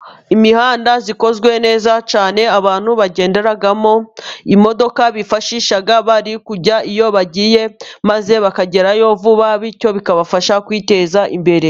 Imihanda ikozwe neza cyane abantu bagenderamo, imodoka bifashisha bari kujya iyo bagiye, maze bakagerayo vuba, bityo bikabafasha kwiteza imbere.